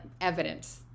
evidence